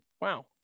Wow